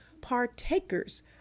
partakers